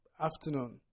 afternoon